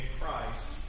Christ